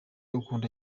ukunda